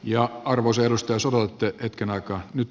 jo arvo selustansa vaatteet pitkän aikaa nyt